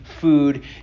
food